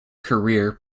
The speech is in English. career